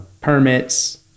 permits